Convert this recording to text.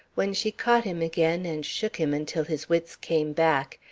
when she caught him again and shook him until his wits came back,